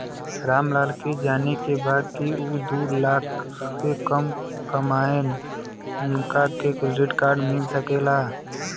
राम लाल के जाने के बा की ऊ दूलाख से कम कमायेन उनका के क्रेडिट कार्ड मिल सके ला?